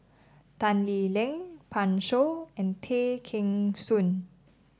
Tan Lee Leng Pan Shou and Tay Kheng Soon